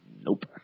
Nope